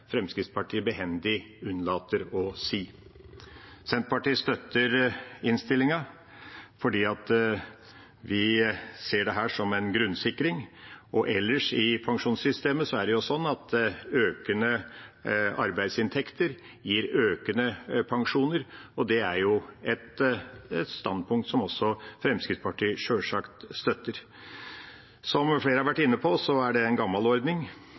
en grunnsikring. Ellers i pensjonssystemet er det jo sånn at økende arbeidsinntekter gir økende pensjoner, og det er jo et standpunkt som også Fremskrittspartiet sjølsagt støtter. Som flere har vært inne på, er det en gammel ordning.